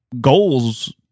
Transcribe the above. goals